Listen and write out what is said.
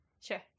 Sure